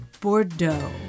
Bordeaux